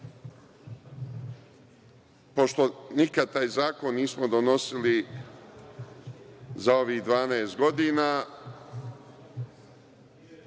nikada taj zakon nismo donosili za ovih 12 godina,